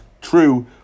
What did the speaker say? true